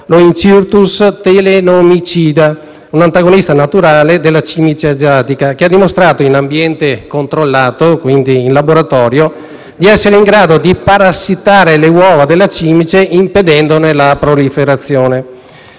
l'*Ooencyrtus telenomicida*, un antagonista naturale della cimice asiatica, che ha dimostrato, in ambiente controllato, di essere in grado di parassitare le uova della cimice impedendone la proliferazione;